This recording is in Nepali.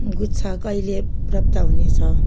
गुच्छा कहिले प्राप्त हुनेछ